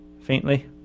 Faintly